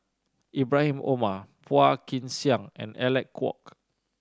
Ibrahim Omar Phua Kin Siang and Alec Kuok